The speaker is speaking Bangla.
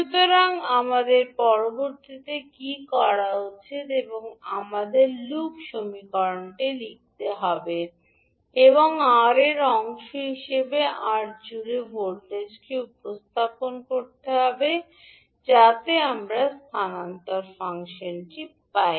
সুতরাং আমাদের পরবর্তী কী করা উচিত এখন আমাদের লুপ সমীকরণটি লিখতে হবে এবং R র অংশ হিসাবে আর জুড়ে ভোল্টেজকে উপস্থাপন করতে হবে যাতে আমরা স্থানান্তর ফাংশনটি পাই